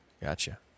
Gotcha